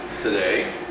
today